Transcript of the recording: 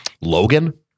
logan